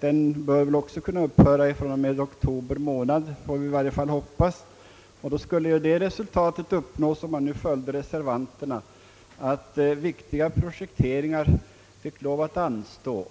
den bör väl kunna upphöra fr.o.m. oktober månad nästa år — i varje fall får vi hoppas det — och då skulle, om man följde reservanterna, resultatet bli att viktiga projekteringar fick lov att anstå.